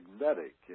magnetic